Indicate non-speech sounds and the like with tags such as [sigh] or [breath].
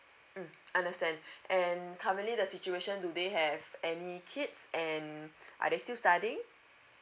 mm understand [breath] and currently the situation do they have any kids and are they still studying